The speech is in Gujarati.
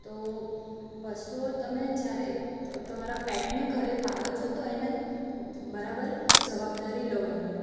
તો પશુઓ તમે જ્યારે તમારા પેટને ઘરે પાળો છો તો એને બરાબર જવાબદારી લો એની